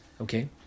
Okay